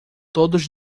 todos